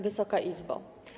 Wysoka Izbo!